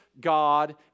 God